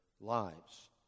lives